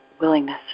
willingness